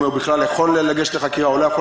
אם הוא בכלל יכול לגשת לחקירה או לא,